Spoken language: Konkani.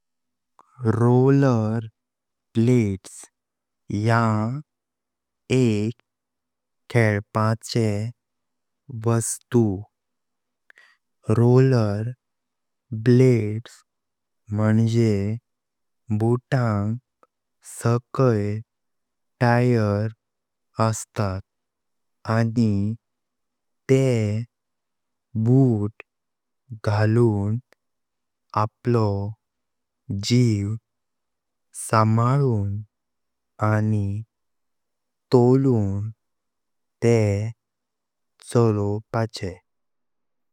रोलरब्लेड्स ह्या एक खेळपाचे वस्तु। रोलरब्लेड्स म्हणजे बूटांग साकईल टायर अस्तात आणि तेह बूट घालून आपलो जीव समालून आणि तोलून तेह चोवपाचे।